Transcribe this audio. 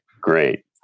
great